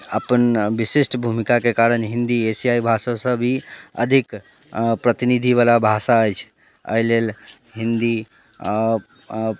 अपन विशिष्ट भूमिकाके कारण हिन्दी एशियाइ भाषासँ भी अधिक प्रतिनिधिवला भाषा अछि एहिलेल हिन्दी